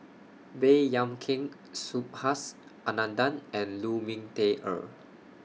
Baey Yam Keng Subhas Anandan and Lu Ming Teh Earl